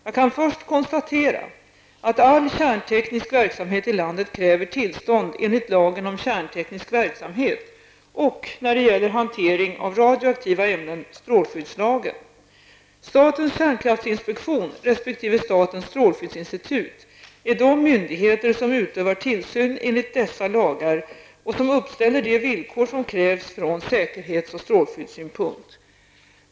Jag kan först konstatera att all kärnteknisk verksamhet i landet kräver tillstånd enligt lagen Statens kärnkraftsinspektion resp. statens strålskyddsinstitut är de myndigheter som utövar tillsyn enligt dessa lagar och som uppställer de villkor som krävs från säkerhets och strålskyddssynpunkt.